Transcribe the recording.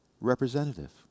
representative